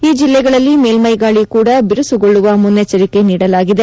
ಈ ಜಿಲ್ಲೆಗಳಲ್ಲಿ ಮೇಲ್ವೆ ಗಾಳಿ ಕೂಡಾ ಬಿರುಸುಗೊಳ್ಳುವ ಮುನ್ನೆಚ್ಚರಿಕೆ ನೀಡಲಾಗಿದೆ